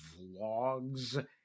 vlogs